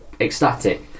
ecstatic